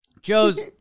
Joes